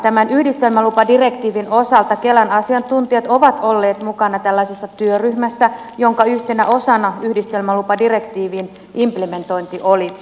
tämän yhdistelmälupadirektiivin osalta kelan asiantuntijat ovat olleet mukana tällaisessa työryhmässä jonka yhtenä osana yhdistelmälupadirektiivin implementointi oli